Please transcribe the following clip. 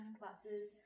classes